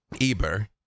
Eber